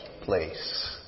place